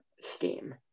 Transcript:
scheme